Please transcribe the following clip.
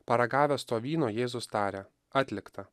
paragavęs to vyno jėzus taria atlikta